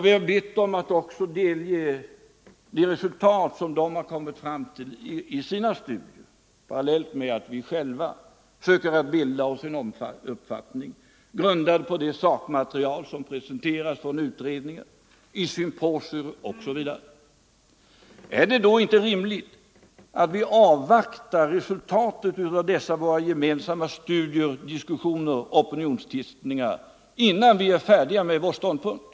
Vi har bett dem att delge oss de resultat de kommer fram till i sina studier — parallellt med att vi själva söker bilda oss en uppfattning, grundad på det sakmaterial som presenteras från utredningar, i symposier osv. Är det då inte rimligt att vi avvaktar resultatet av dessa våra gemensamma studier, diskussioner och opinionstestningar innan vi är färdiga med vår ståndpunkt?